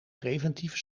preventief